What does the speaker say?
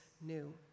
new